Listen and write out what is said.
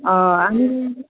आनी